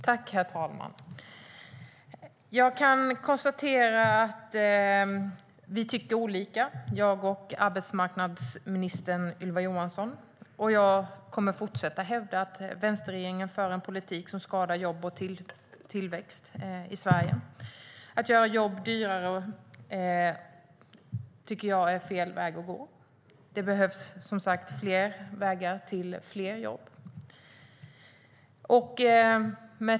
Herr talman! Jag kan konstatera att jag och arbetsmarknadsminister Ylva Johansson tycker olika. Jag kommer att fortsätta hävda att vänsterregeringen för en politik som skadar jobb och tillväxt i Sverige. Att göra jobb dyrare tycker jag är fel väg att gå. Det behövs som sagt fler vägar till fler jobb.